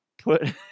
put